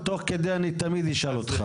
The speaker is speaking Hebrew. תוך כדי אני תמיד אשאל אותך.